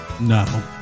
No